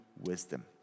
wisdom